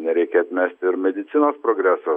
nereikia atmesti ir medicinos progreso